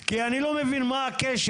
כי אני לא מבין מה הקשר,